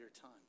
time